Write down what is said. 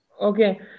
Okay